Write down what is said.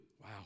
wow